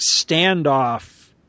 standoff